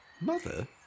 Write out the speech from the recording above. Mother